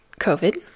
COVID